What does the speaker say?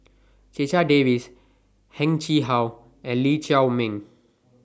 Checha Davies Heng Chee How and Lee Chiaw Meng